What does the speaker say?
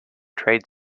trade